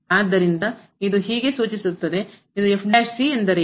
ಆದ್ದರಿಂದ ಇದು ಹೀಗೆ ಸೂಚಿಸುತ್ತದೆ ಇದು ಎಂದರೇನು